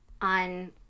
on